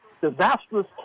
disastrous